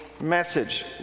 message